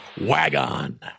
Wagon